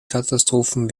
katastrophen